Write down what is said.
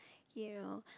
you know